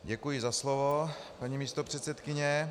Děkuji za slovo, paní místopředsedkyně.